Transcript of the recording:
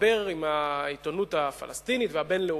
מדבר עם העיתונות הפלסטינית והבין-לאומית,